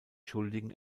schuldigen